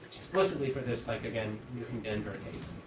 explicitly for this, like again, using denver.